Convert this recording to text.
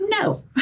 No